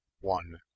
one